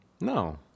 No